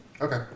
Okay